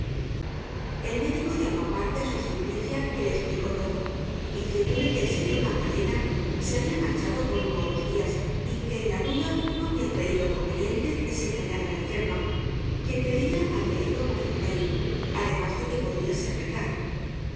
el médico llamó aparte á sor simplicia que le esplicó todo diciéndole que el señor magdalena se habia marchado por uno ó dos dias y que en la duda ño habian creido conveniente desengañar á la enferma que creia habia ido á montfermeil además de que podia ser verdad el